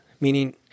meaning